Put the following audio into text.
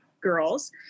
girls